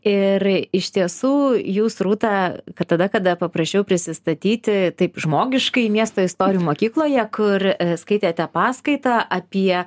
ir iš tiesų jūs rūta kad tada kada paprašiau prisistatyti taip žmogiškai miesto istorijų mokykloje kur skaitėte paskaitą apie